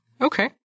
Okay